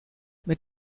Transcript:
mit